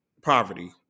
poverty